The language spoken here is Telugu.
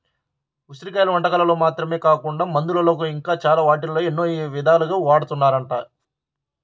ఉసిరి కాయలను వంటకాల్లో మాత్రమే కాకుండా మందుల్లో ఇంకా చాలా వాటిల్లో ఎన్నో ఇదాలుగా వాడతన్నారంట